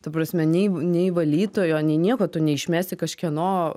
ta prasme nei nei valytojo nei nieko tu neišmesi kažkieno